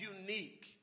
unique